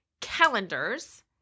calendars